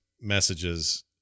messages